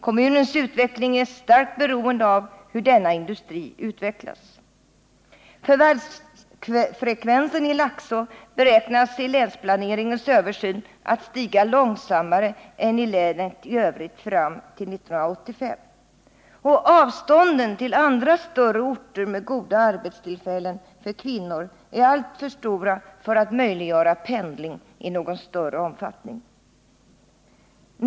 Kommunens utveckling är starkt beroende av hur denna industri utvecklas. Förvärvsfrekvensen i Laxå beräknas i länsplaneringens översyn att stiga långsammare än i länet i övrigt fram till 1985. Avstånden till andra större orter med goda arbetstillfällen för kvinnor är alltför stora för att möjliggöra pendling i någon större omfattning.